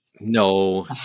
No